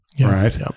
Right